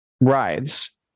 rides